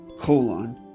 colon